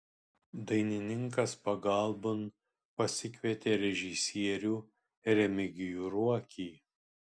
dainininkas pagalbon pasikvietė režisierių remigijų ruokį